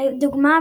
לדוגמה,